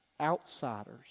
Outsiders